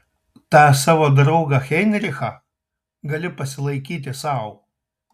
tą savo draugą heinrichą gali pasilaikyti sau